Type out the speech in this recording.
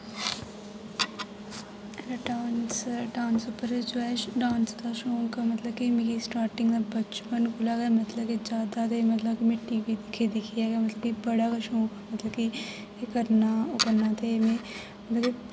में dance dance उप्पर जो ऐ डांस दा शौक मतलब कि मिगी स्टार्टिंग दा गे बचपन कोला गे मतलब कि जैदा गे मतलब में टीवी दिक्खी दिक्खये गे मतलब कि बड़ा गे शैक मतलब कि एह् करना ओह् करना ते में